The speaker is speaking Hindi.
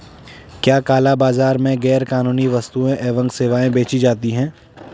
क्या काला बाजार में गैर कानूनी वस्तुएँ एवं सेवाएं बेची जाती हैं?